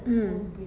mm